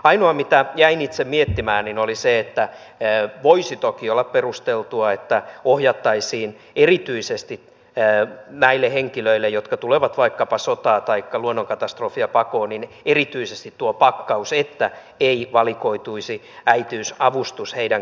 ainoa mitä jäin itse miettimään oli se että voisi toki olla perusteltua että ohjattaisiin erityisesti näille henkilöille jotka tulevat vaikkapa sotaa taikka luonnonkatastrofia pakoon erityisesti tuo pakkaus että ei valikoituisi äitiysavustus heidän käyttöönsä